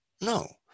No